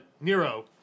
Nero